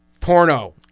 Porno